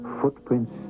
footprints